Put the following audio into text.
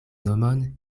nomon